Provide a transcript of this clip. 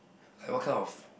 like what kind of